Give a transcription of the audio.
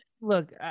look